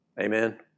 Amen